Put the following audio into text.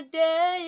day